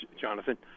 Jonathan